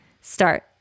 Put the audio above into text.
start